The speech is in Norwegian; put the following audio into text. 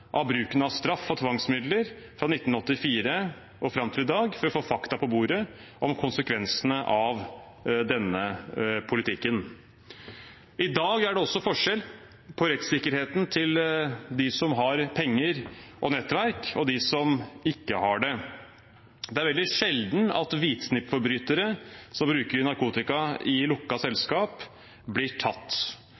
av bruken av straff og tvangsmidler fra 1984 og fram til i dag, for å få fakta på bordet om konsekvensene av denne politikken. I dag er det også forskjell på rettssikkerheten til dem som har penger og nettverk, og dem som ikke har det. Det er veldig sjelden at hvitsnippforbrytere som bruker narkotika i